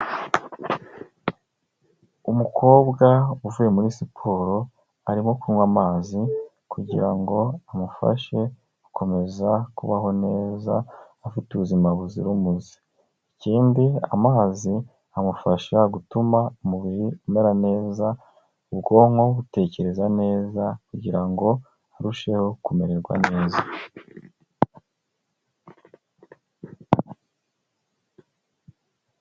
Umukobwa uvuye muri siporo arimo kunywa amazi kugirango amufashe gukomeza kubaho neza afite ubuzima buzira umuze, ikindi amazi amufasha gutuma umubiri umera neza ubwonko utekereza neza, kugira ngo arusheho kumererwa neza.